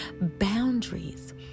boundaries